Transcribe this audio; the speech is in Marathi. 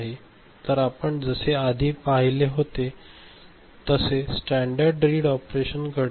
तर आपण जसे आधी पाहिले होते तसे स्टँडर्ड रीड ऑपरेशन घडेल